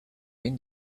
been